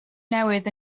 newydd